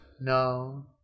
No